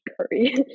curry